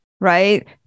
right